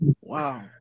Wow